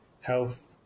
health